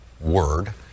word